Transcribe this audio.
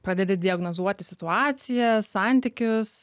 pradėti diagnozuoti situaciją santykius